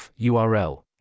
URL